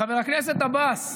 חבר הכנסת עבאס,